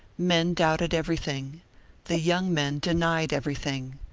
men doubted everything the young men denied everything.